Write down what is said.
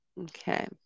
okay